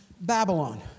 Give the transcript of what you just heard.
Babylon